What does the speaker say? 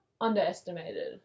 underestimated